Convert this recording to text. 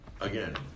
Again